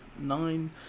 nine